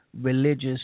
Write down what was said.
religious